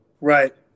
Right